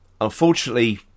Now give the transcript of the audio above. unfortunately